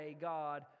God